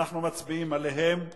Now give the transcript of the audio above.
ונצביע עליהם.